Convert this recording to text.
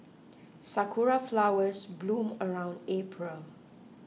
sakura flowers bloom around April